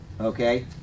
okay